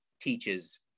teaches